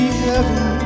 heaven